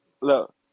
look